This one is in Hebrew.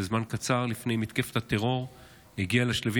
וזמן קצר לפני מתקפת הטרור הגיעה לשלבים